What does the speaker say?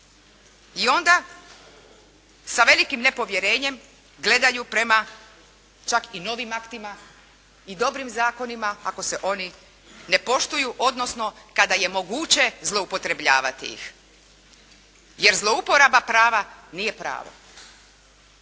I onda sa velikim nepovjerenjem gledaju prema, čak i novim aktima i dobrim zakonima ako se oni ne poštuju, odnosno kada je moguće zloupotrebljavati ih. Jer zlouporaba prava nije pravo.